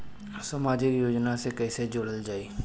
समाजिक योजना से कैसे जुड़ल जाइ?